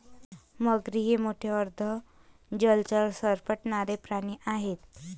मगरी हे मोठे अर्ध जलचर सरपटणारे प्राणी आहेत